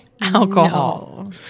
alcohol